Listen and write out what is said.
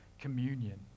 communion